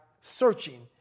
searching